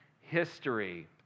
history